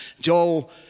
Joel